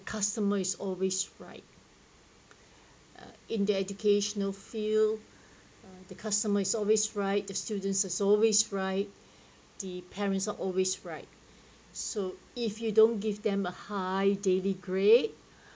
customer is always right in their educational field the customer is always right the students are always right the parents are always right so if you don't give them a high daily grade